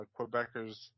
Quebecers